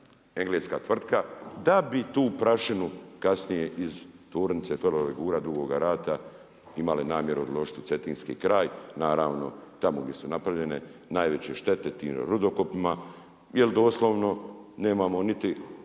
engleska tvrtka da bi tu prašinu kasnije iz Tvornice Ferolegura Dugoga Rata imali namjeru odložiti u cetinski kraj, naravno tamo gdje su napravljene najveće štete tim rudokopima jel doslovno nema niti